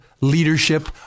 leadership